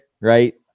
right